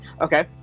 Okay